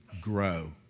grow